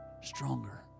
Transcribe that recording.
stronger